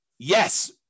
Yes